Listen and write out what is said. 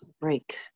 break